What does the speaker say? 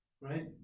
Right